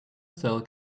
cell